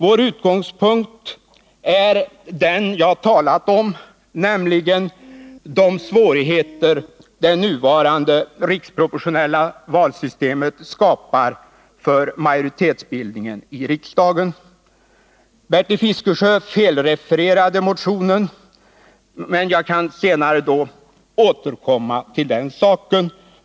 Vår utgångspunkt är den jag talat om, nämligen de svårigheter det nuvarande riksproportionella valsystemet skapar för majoritetsbildningen i riksdagen. Bertil Fiskesjö felrefererade motionen, men jag kan senare återkomma till den saken.